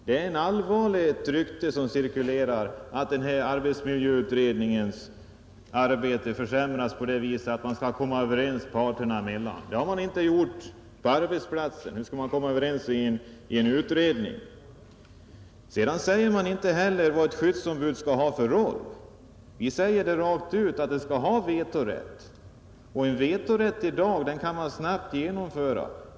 Det är ett allvarligt rykte som cirkulerar, att arbetsmiljöutredningens arbete försämras på det sättet att man skall komma överens parterna emellan. Det har man inte gjort på arbetsplatsen. Hur skall man komma överens i en utredning? Sedan säger man inte heller vad ett skyddsombud skall ha för roll. Vi säger rakt ut att han skall ha vetorätt, och en vetorätt kan man i dag genomföra.